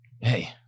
Hey